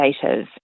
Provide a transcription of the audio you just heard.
creative